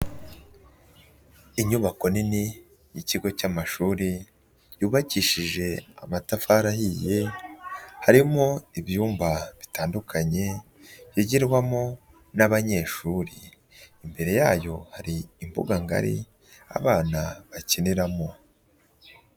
Inyubako nini y'ikigo cy'amashuri yubakishije amatafari ahiye, harimo ibyumba bitandukanye, byigirwamo n'abanyeshuri, imbere yayo hari imbuga ngari abana bakiniramo.